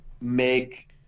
make